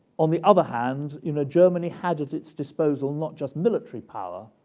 on the other hand, you know germany had at its disposal not just military power,